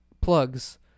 plugs